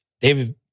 David